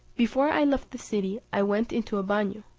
before i left the city i went into a bagnio,